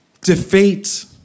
defeat